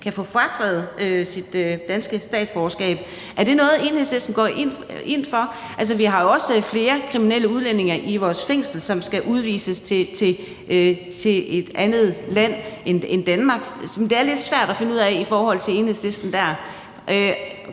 kan få frataget sit danske statsborgerskab? Er det noget, som Enhedslisten går ind for? Vi har jo også flere kriminelle udlændinge i vores fængsler, som skal udvises til et andet land end Danmark, og der er det lidt svært at finde ud af, hvad Enhedslisten mener